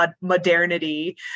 modernity